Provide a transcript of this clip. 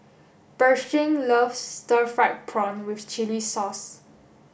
Pershing loves stir fried prawn with chili sauce